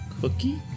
cookie